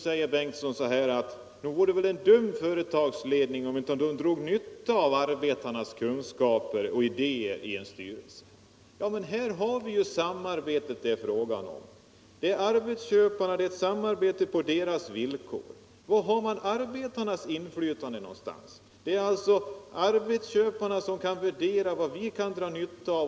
Herr Bengtsson i Landskrona, nog vore det väl en dum företagsledning som inte skulle dra nytta av arbetarnas kunskaper och idéer i en styrelse. Det är alltså detta samarbete det är fråga om. Det är ett samarbete på arbetsköparnas villkor. Var kommer arbetarnas inflytande in någonstans? Det är alltså arbetsköparna som kan dra nytta av samarbetet.